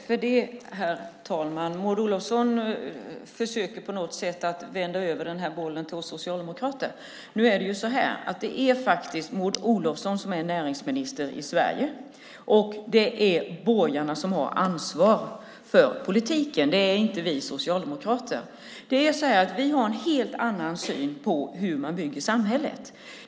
Herr talman! Maud Olofsson försöker på något sätt kasta över den här bollen till oss socialdemokrater. Nu är det faktiskt Maud Olofsson som är näringsminister i Sverige, och det är borgarna som har ansvar för politiken, inte vi socialdemokrater. Vi har en helt annan syn på hur man bygger samhället.